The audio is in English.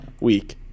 week